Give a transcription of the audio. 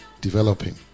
developing